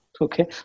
okay